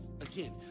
Again